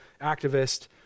activist